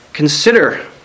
Consider